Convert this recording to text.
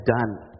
done